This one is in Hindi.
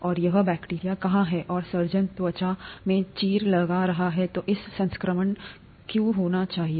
और यह बैक्टीरिया कहां है और सर्जन त्वचा में चीरा लगा रहा है तो इसे संक्रमण क्यों होना चाहिए